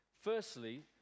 firstly